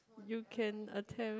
you can attempt